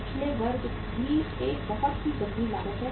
पिछले वर्ग भी एक बहुत ही गंभीर लागत है